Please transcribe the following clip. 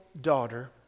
daughter